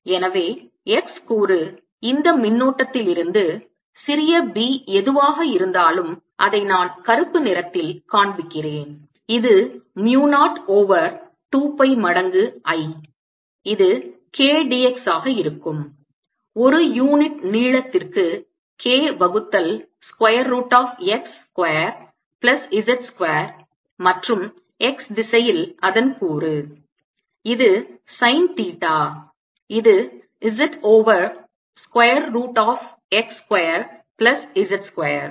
எனவே x கூறு இந்த மின்னோட்டத்திலிருந்து சிறிய B எதுவாக இருந்தாலும் அதை நான் கருப்பு நிறத்தில் காண்பிக்கிறேன் இது mu 0 ஓவர் 2 pi மடங்கு I இது K dx ஆக இருக்கும் ஒரு யூனிட் நீளத்திற்கு K வகுத்தல் square root of x square plus z square மற்றும் x திசையில் அதன் கூறு இது sine தீட்டா இது z over square root of x square plus z square